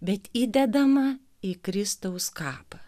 bet įdedama į kristaus kapą